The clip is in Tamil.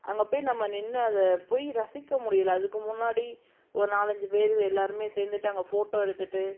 அங்கேப்போய் நின்று அதைப்போய் ரசிக்கமுடியலை அதுக்கு முன்னாடி ஒரு நாலஞ்சு பேர் எல்லோருமே சேர்ந்துட்டு அங்கே ஃபோட்டோ எடுத்துட்டு